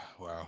wow